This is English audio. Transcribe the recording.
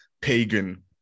pagan